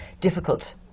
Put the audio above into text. difficult